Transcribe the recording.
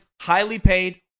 highly-paid